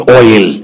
oil